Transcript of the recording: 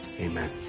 amen